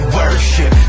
worship